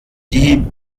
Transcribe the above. die